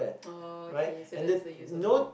okay so that's the use of the book